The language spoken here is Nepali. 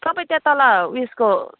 तपाईँ त्यहाँ तल उयसको